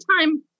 time